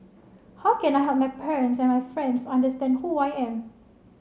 how can I help my parents and my friends understand who I am